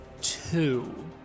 two